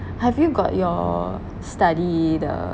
have you got your study the